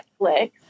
Netflix